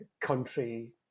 country